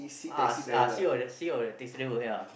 ah ah see how the see how the taxi driver ya